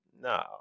No